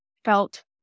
felt